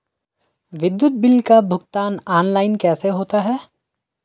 विद्युत बिल का भुगतान ऑनलाइन कैसे होता है?